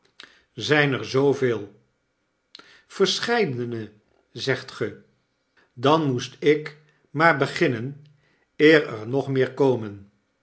zyn er zooveel verscheidene zegt ge dan moest ik maar beginnen eer er nog meer komen